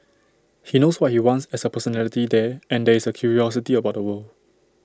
he knows what he wants as A personality there and there is A curiosity about the world